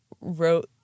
wrote